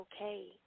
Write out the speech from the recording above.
okay